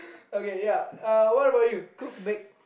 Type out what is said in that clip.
okay ya uh what about you cook bake